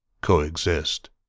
coexist